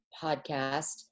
podcast